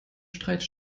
streicht